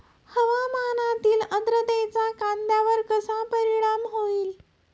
हवामानातील आर्द्रतेचा कांद्यावर कसा परिणाम होईल?